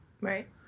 Right